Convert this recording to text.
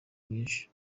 nyinshi